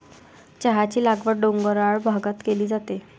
चहाची लागवड डोंगराळ भागात केली जाते